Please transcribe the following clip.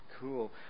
Cool